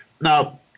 Now